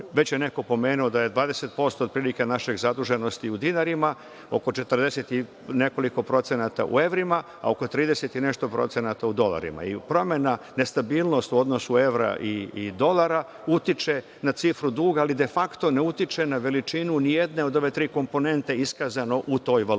Već je neko pomenuo da je 20% otprilike naše zaduženosti u dinarima, oko 40 i nekoliko procenata u evrima, a ako 30 i nešto procenata u dolarima. Nestabilnost u odnosu evra i dolara utiče na cifru duga, ali de fakto ne utiče na veličinu nijedne od ove tri komponente iskazane u toj valuti. Jako